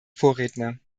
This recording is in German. vorredner